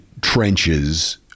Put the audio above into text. trenches